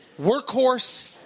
workhorse